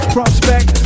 Prospect